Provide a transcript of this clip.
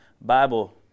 Bible